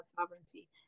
sovereignty